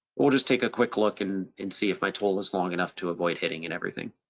we'll just take a quick look and and see if my tool is long enough to avoid hitting and everything.